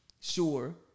Sure